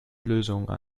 lösungen